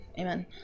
Amen